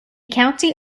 county